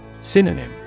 Synonym